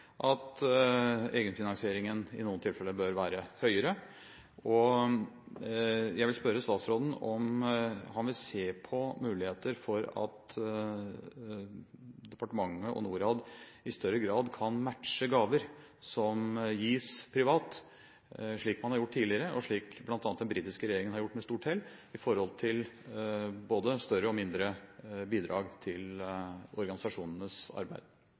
at egenfinansieringen i noen tilfeller bør være høyere. Jeg vil spørre statsråden om han vil se på muligheter for at departementet og Norad i større grad kan matche gaver som gis privat, slik man har gjort tidligere, og slik bl.a. den britiske regjeringen har gjort med stort hell når det gjelder både større og mindre bidrag til organisasjonenes arbeid.